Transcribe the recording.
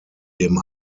dem